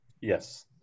Yes